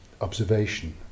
observation